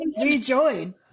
rejoin